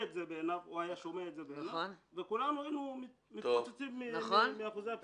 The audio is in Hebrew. את זה בעיניו כל יום וכולנו היינו מתפוצצים מאחוזי הפשיעה.